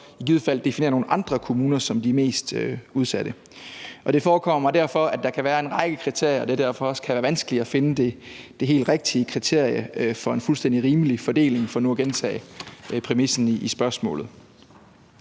så i givet fald definere nogle andre kommuner som de mest udsatte. Og det forekommer mig derfor, at der kan være en række kriterier, og at det derfor også kan være vanskeligt at finde det helt rigtige kriterie for en fuldstændig rimelig fordeling for nu at gentage præmissen i spørgsmålet.